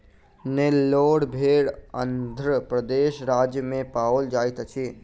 नेल्लोर भेड़ आंध्र प्रदेश राज्य में पाओल जाइत अछि